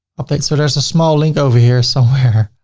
update. so there's a small link over here somewhere,